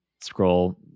scroll